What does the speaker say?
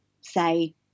say